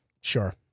Sure